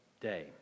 day